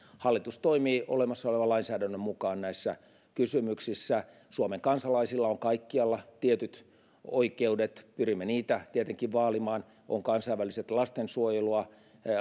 hallitus toimii olemassa olevan lainsäädännön mukaan näissä kysymyksissä suomen kansalaisilla on kaikkialla tietyt oikeudet pyrimme niitä tietenkin vaalimaan on kansainväliset lastensuojelua